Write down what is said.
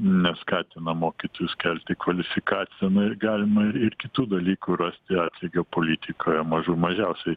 neskatina mokytojus kelti kvalifikaciją nu ir galima ir ir kitų dalykų rasti atlygio politikoje mažų mažiausiai